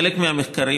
חלק מהמחקרים,